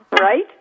Right